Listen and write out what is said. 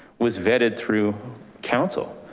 was vetted through counsel.